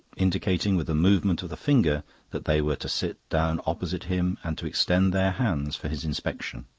indicating with a movement of the finger that they were to sit down opposite him and to extend their hands for his inspection.